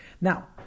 Now